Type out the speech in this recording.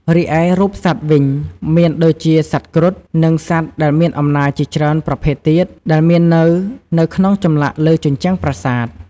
រីឯរូបសត្វវិញ មានដូចជាសត្វគ្រុត និងសត្វដែលមានអំណោចជាច្រើនប្រភេទទៀត ដែលមាននៅនៅក្នុងចម្លាក់លើជញ្ជាំងប្រាសាទ។